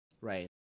Right